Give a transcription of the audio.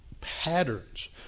patterns